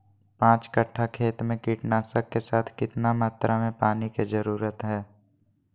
पांच कट्ठा खेत में कीटनाशक के साथ कितना मात्रा में पानी के जरूरत है?